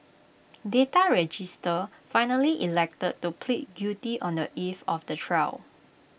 data register finally elected to plead guilty on the eve of the trial